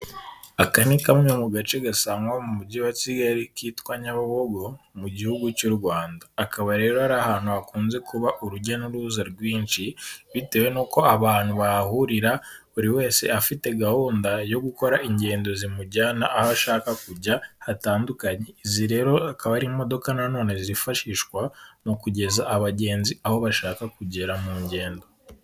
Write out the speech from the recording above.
Aka ni kamwe mu gace gasangwa mu mujyi wa Kigali kitwa Nyabugogo mu gihugu cy'u Rwanda, akaba rero ari ahantu hakunze kuba urujya n'uruza rwinshi. Bitewe n'uko abantu bahahurira buri wese afite gahunda yo gukora ingendo zimujyana aho ashaka kujya hatandukanye, izi rero akaba ari imodoka nanone zifashishwa mu kugeza abagenzi aho bashaka kugera mu ngendo.